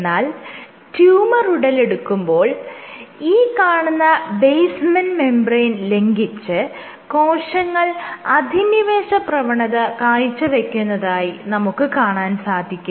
എന്നാൽ ട്യൂമർ ഉടലെടുക്കുമ്പോൾ ഈ കാണുന്ന ബേസ്മെന്റ് മെംബ്രേയ്ൻ ലംഘിച്ച് കോശങ്ങൾ അധിനിവേശ പ്രവണത കാഴ്ചവെക്കുന്നതായി നമുക്ക് കാണാൻ സാധിക്കും